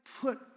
put